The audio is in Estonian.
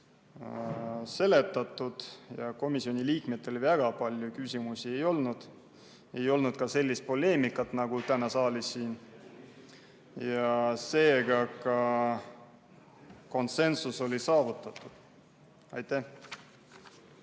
seletatud ja komisjoni liikmetel väga palju küsimusi ei olnud. Ei olnud ka sellist poleemikat nagu täna siin saalis ja seega ka konsensus saavutati. Aitäh,